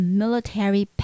military